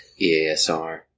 EASR